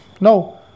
No